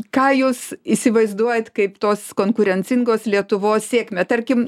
ką jūs įsivaizduojat kaip tos konkurencingos lietuvos sėkmę tarkim